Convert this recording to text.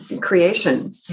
creation